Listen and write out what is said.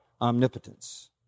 omnipotence